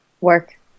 work